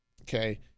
okay